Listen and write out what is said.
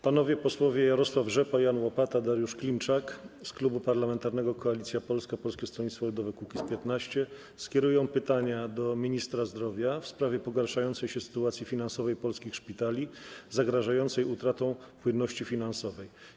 Panowie posłowie Jarosław Rzepa, Jan Łopata i Dariusz Klimczak z Klubu Parlamentarnego Koalicja Polska - Polskie Stronnictwo Ludowe - Kukiz15 skierują pytania do ministra zdrowia w sprawie pogarszającej się sytuacji finansowej polskich szpitali, zagrażającej utratą płynności finansowej.